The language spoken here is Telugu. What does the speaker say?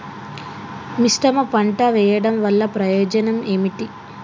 మిశ్రమ పంట వెయ్యడం వల్ల ప్రయోజనం ఏమిటి?